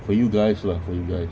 for you guys lah for you guys